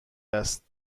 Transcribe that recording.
است